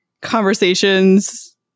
conversations